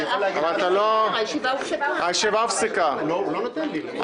אני ב-24 השעות האחרונות רואה מפלגות שלחצו לחוק הזה.